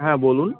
হ্যাঁ বলুন